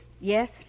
yes